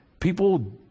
People